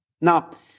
Now